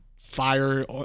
fire